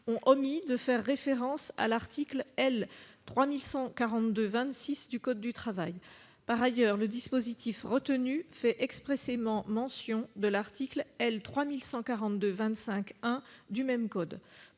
ont omis de faire référence à l'article L. 3142-26 du code du travail. Par ailleurs, le dispositif retenu fait expressément mention de l'article L. 3142-25-1 du même code.